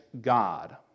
God